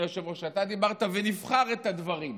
אדוני היושב-ראש, אתה דיברת, ונבחר את הדברים,